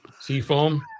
seafoam